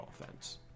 offense